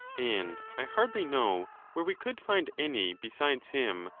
and i hardly know where we could find any besides him,